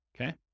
okay